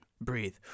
Breathe